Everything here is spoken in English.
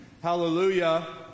Hallelujah